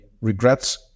regrets